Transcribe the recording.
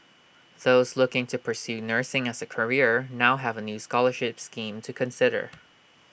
those looking to pursue nursing as A career now have A new scholarship scheme to consider